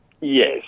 Yes